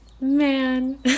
man